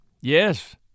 Yes